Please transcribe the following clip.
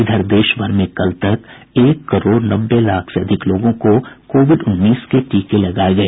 इधर देशभर में कल तक एक करोड़ नब्बे लाख से अधिक लोगों को कोविड उन्नीस के टीके लगाए गए